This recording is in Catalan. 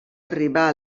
arribà